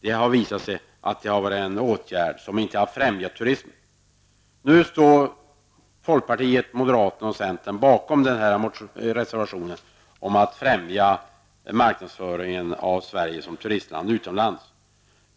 Det har ju visat sig att den åtgärden inte har främjat turismen. Nu står folkpartiet, moderaterna och centern bakom reservationen om att främja marknadsföringen utomlands av Sverige som turistland.